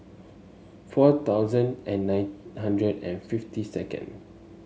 four thousand and nine hundred and fifty second